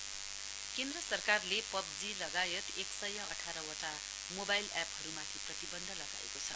गोभ app ban केन्द्र सरकारले PUBG लगायत एक सय आठार वटा मोबाइल एपहरूमाथि प्रतिबन्धन लगाएको छ